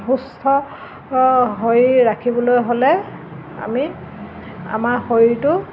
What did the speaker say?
সুস্থ শৰীৰ ৰাখিবলৈ হ'লে আমি আমাৰ শৰীৰটো